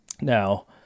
now